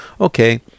Okay